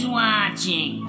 watching